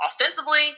Offensively